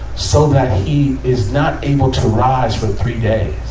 so that he is not able to rise for three days.